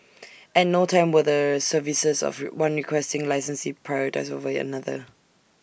at no time were the services of one Requesting Licensee prioritised over another